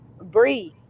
breathe